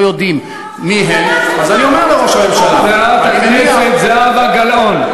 אז אני רוצה רק לסיים, חברת הכנסת זהבה גלאון.